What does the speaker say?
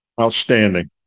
Outstanding